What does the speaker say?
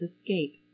escape